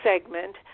segment